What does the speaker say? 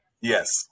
Yes